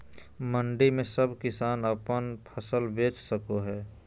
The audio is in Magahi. मंडी में सब किसान अपन फसल बेच सको है?